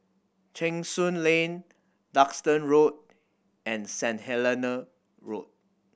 Cheng Soon Lane Duxton Road and Saint Helena Road